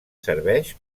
serveix